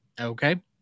Okay